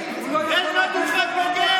למה אתה מאפשר לו לדבר?